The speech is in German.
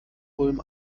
ulm